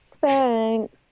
Thanks